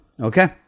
Okay